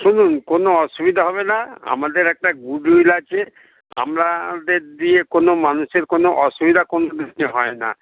শুনুন কোনো অসুবিধা হবে না আমাদের একটা গুড উইল আছে আমরাদের দিয়ে কোনো মানুষের কোনো অসুবিধা কোনো কিছু হয় না